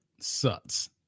sucks